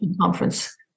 conference